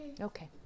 Okay